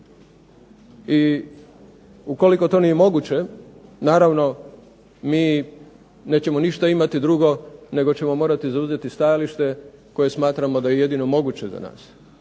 i ukoliko to nije moguće naravno mi nećemo ništa imati drugo nego ćemo morati zauzeti stajalište koje smatramo da je jedino moguće za nas,